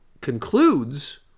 concludes